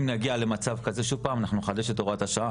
אם נגיע למצב שכזה שוב פעם אנחנו נחדש את הוראת השעה.